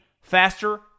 faster